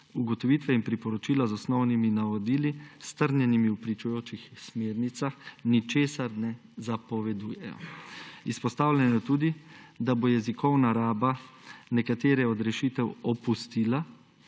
»Ugotovitve in priporočila z osnovnimi navodili, strnjenimi v pričujočih smernicah, ničesar ne zapovedujejo.« Izpostavljeno je tudi, »da bo jezikovna raba nekatere od rešitev opustila